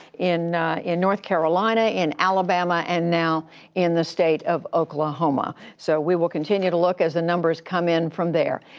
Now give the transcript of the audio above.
in in north carolina, in alabama, and now in the state of oklahoma. so, we will continue to look as the numbers come in from there.